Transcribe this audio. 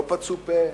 לא פצו פה,